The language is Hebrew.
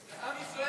זה עם ישראל.